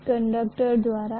अब हम और को गुणा कर रहे हैं